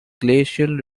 glacial